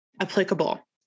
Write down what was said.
applicable